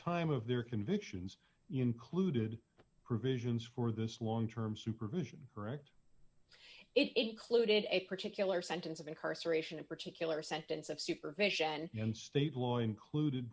time of their convictions included provisions for this long term supervision correct it clued in a particular sentence of incarceration a particular sentence of supervision and state law included